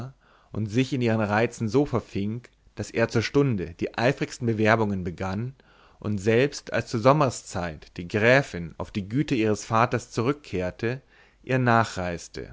und sich in ihren reizen so verfing daß er zur stunde die eifrigsten bewerbungen begann und selbst als zur sommerszeit die gräfin auf die güter ihres vaters zurückkehrte ihr nachreiste